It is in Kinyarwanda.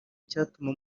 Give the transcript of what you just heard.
icyatuma